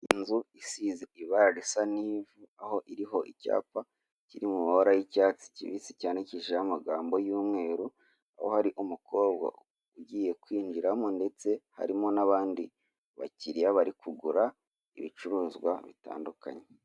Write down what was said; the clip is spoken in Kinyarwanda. Inzu isize ibara risa n'ivu aho iriho icyapa kiri mu mabara y'icyatsi kibisi cyandikishijeho amagambo y'umweru, aho hari umukobwa ugiye kwinjiramo ndetse harimo n'abandi bakiriya barikugura ibicuruzwa bitandukanye.